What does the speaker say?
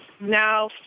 now